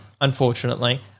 unfortunately